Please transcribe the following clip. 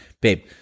babe